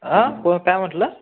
हा कोण काय म्हटलं